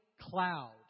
cloud